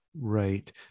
Right